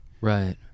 Right